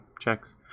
checks